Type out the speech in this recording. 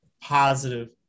positive